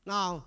Now